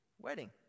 wedding